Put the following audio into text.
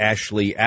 Ashley